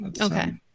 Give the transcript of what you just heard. Okay